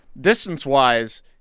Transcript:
distance-wise